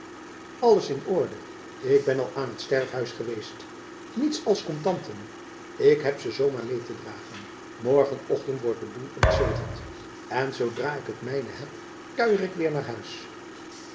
alles in orde k ben al aan t sterfhuis geweest niets als kontanten k heb ze zoo maar meê te dragen morgen ochtend wordt de boêl ontzegeld en zoodra ik het mijne heb kuier ik weêr naar huis